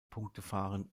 punktefahren